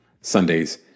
Sunday's